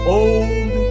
old